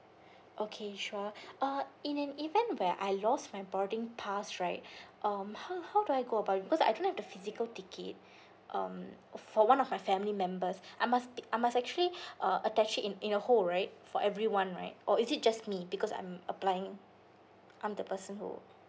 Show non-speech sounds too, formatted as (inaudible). okay sure uh in an event where I lost my boarding pass right (breath) um how how do I go about it because I don't have the physical ticket um for one of my family members I must be I must actually (breath) uh attach it in in a whole right for everyone right or is it just me because I'm applying I'm the person who